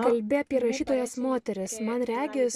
kalbi apie rašytojas moteris man regis